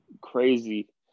crazy